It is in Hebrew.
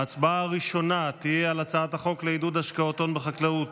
ההצבעה הראשונה תהיה על הצעת החוק לעידוד השקעות הון בחקלאות